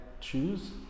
choose